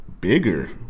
Bigger